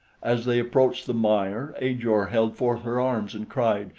as they approached the mire, ajor held forth her arms and cried,